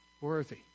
Worthy